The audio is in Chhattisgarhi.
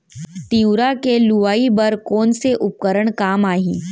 तिंवरा के लुआई बर कोन से उपकरण काम आही?